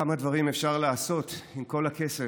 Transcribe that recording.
כמה דברים אפשר לעשות עם כל הכסף.